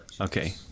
Okay